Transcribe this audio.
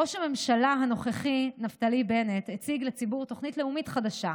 ראש הממשלה הנוכחי נפתלי בנט הציג לציבור תוכנית לאומית חדשה,